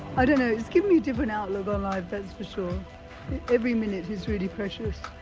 i don't know, it's given me a different outlook on life that's for sort of every minute is really precious,